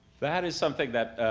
that is something that